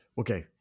okay